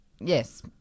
yes